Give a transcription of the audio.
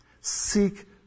seek